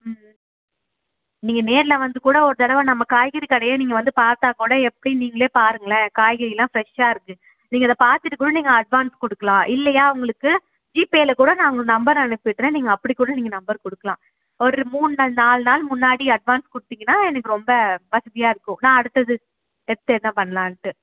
ம் ம் நீங்கள் நேரில் வந்து கூட ஒரு தடவை நம்ம காய்கறி கடையை நீங்கள் வந்து பார்த்தா கூட எப்படி நீங்களே பாருங்களேன் காய்கறிலாம் ஃபிரெஷ்ஷாக இருக்கும் நீங்கள் இதை பார்த்துட்டு கூட நீங்கள் அட்வான்ஸ் கொடுக்கலாம் இல்லையா உங்களுக்கு ஜிபேவில் கூட நாங்கள் நம்பர் அனுப்பிடுறேன் நீங்கள் அப்படி கூட நீங்கள் நம்பர் கொடுக்கலாம் ஒரு மூணு நாள் நாலு நாள் முன்னாடி அட்வான்ஸ் கொடுத்தீங்கன்னா எனக்கு ரொம்ப வசதியாக இருக்கும் நான் அடுத்தது நெக்ஸ்ட்டு என்ன பண்ணலான்னுட்டு